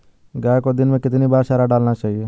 गाय को दिन में कितनी बार चारा डालना चाहिए?